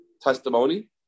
testimony